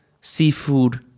seafood